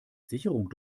sicherung